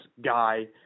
guy